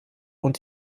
und